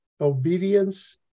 Obedience